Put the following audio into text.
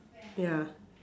ya